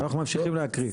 אנחנו ממשיכים להקריא.